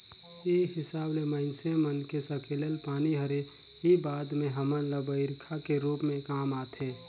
ए हिसाब ले माइनसे मन के सकेलल पानी हर ही बाद में हमन ल बईरखा के रूप में काम आथे